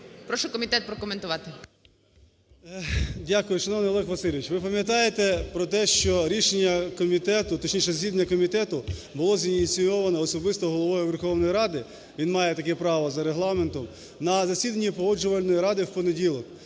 Прошу комітет прокоментувати. 16:34:09 КНЯЗЕВИЧ Р.П. Дякую. Шановний Олег Васильович. ви пам'ятаєте про те, що рішення комітету, точніше засідання комітету, було зініційовано особисто Головою Верховної Ради - він має таке право за Регламентом, - на засіданні Погоджувальної ради в понеділок.